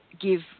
give